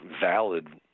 valid